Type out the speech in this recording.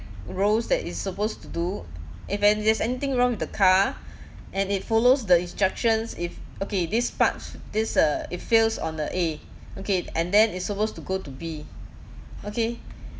roles that it's supposed to do if and there's anything wrong with the car and it follows the instructions if okay these parts this uh it fails on the A okay and then it's supposed to go to B okay